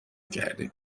کردیم